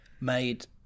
Made